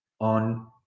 on